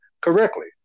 correctly